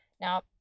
Now